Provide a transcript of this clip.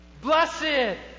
Blessed